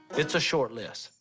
it's a short list.